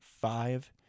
five